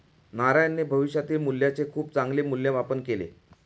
नारायणने भविष्यातील मूल्याचे खूप चांगले मूल्यमापन केले